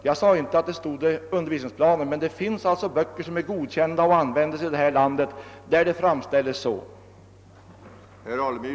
Jag sade inte att detta står i undervisningsplanerna, men det finns böcker som är godkända och används i detta land där saken framställs på detta sätt.